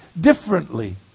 differently